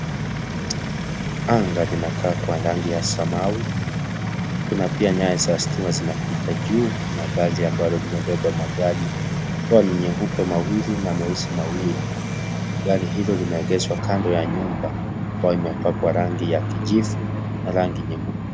Anga inakaa kuwa rangi ya samawi, kuna pia nyaya za stima zinapita juu na ngazi ambayo imebeba magari; nyeupe mawili na meusi mawili gari hilo limeegezwa kando ya nyumba ambayo imepakwa rangi ya kijivu na rangi nyekundu.